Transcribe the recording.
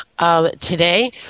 Today